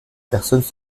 personnes